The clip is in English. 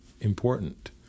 important